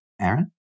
Aaron